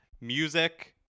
music